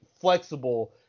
flexible